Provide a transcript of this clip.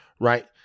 right